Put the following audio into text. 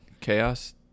Chaos